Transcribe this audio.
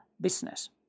business